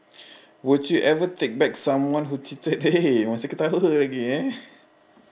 would you ever take back someone who cheated eh masih ketawa lagi eh